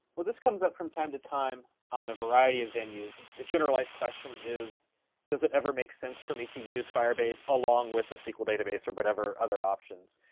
this comes up from time to time on a variety of venues. the generalized question is does it ever make sense for me to use firebase along with a sql database or whatever other options?